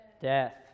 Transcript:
death